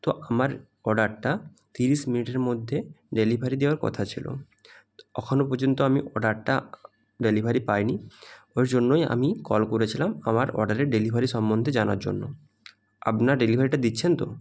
তো আমার অর্ডারটা তিরিশ মিনিটের মধ্যে ডেলিভারি দেওয়ার কথা ছিলো অখনও পর্যন্ত আমি অর্ডারটা ডেলিভারি পাই নি ওর জন্যই আমি কল করেছিলাম আমার অর্ডারের ডেলিভারি সম্বন্ধে জানার জন্য আপনারা ডেলিভারিটা দিচ্ছেন তো